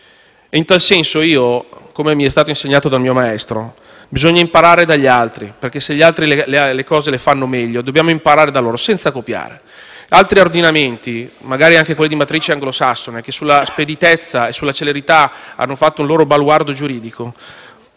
In tal senso, come mi è stato insegnato dal mio maestro, bisogna imparare dagli altri perché se gli altri fanno meglio le cose dobbiamo imparare da loro, senza copiare. Penso ad altri ordinamenti, magari anche quelli di matrice anglosassone, che della speditezza e della celerità hanno fatto un loro baluardo giuridico: